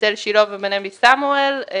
שילה ונבי סמואל.